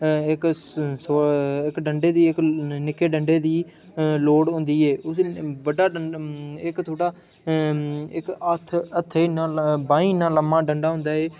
डंडे दी इक निक्के डंडे दी लोड़ होंदी ऐ बड्डा डंडा इक थोह्ड़ा इक हत्थ हत्थै जिन्ना बाईं जिन्ना लम्मा होंदा ऐ